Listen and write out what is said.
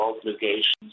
obligations